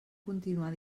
continuar